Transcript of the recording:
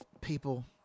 People